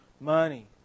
money